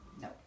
No